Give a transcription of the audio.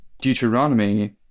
Deuteronomy